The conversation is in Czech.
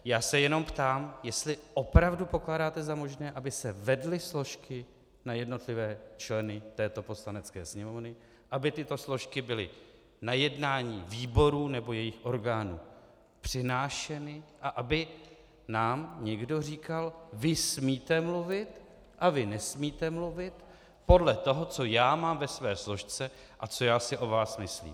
Já se jenom ptám, jestli opravdu pokládáte za možné, aby se vedly složky na jednotlivé členy této Poslanecké sněmovny, aby tyto složky byly na jednání výborů nebo jejich orgánů přinášeny a aby nám někdo říkal: vy smíte mluvit a vy nesmíte mluvit podle toho, co já mám ve své složce a co já si o vás myslím.